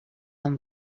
amb